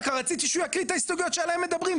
רק רציתי שהוא יקריא את ההסתייגויות שעליהן מדברים,